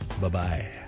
Bye-bye